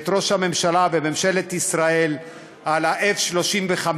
את ראש הממשלה ואת ממשלת ישראל על ה-F-35,